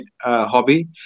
hobby